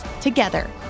together